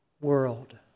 world